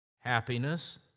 Happiness